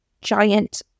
giant